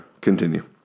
Continue